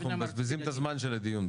אנחנו מבזבזים את הזמן של הדיון.